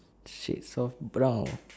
shade of brown